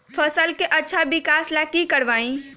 फसल के अच्छा विकास ला की करवाई?